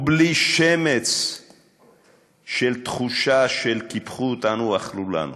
ובלי שמץ של תחושה שקיפחו אותנו, אכלו לנו,